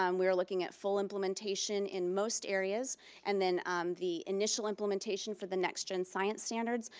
um we're looking at full implementation in most areas and then the initial implementation for the next gen science standards,